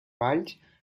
balls